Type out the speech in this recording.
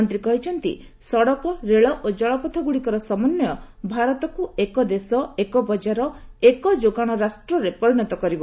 ମନ୍ତ୍ରୀ କହିଛନ୍ତି ସଡ଼କ ରେଳ ଓ ଜଳପଥ ଗୁଡ଼ିକର ସମନ୍ୱୟ ଭାରତକୁ ଏକ ଦେଶ ଏକ ବଜାର ଏକ ଯୋଗାଣ ରାଷ୍ଟ୍ରରେ ପରିଣତ କରିବ